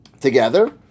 together